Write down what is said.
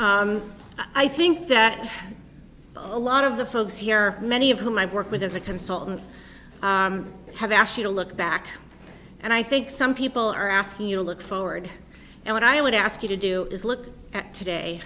think that a lot of the folks here many of whom i've worked with as a consultant have asked you to look back and i think some people are asking you to look forward and what i would ask you to do is look at today